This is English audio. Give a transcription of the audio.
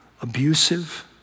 abusive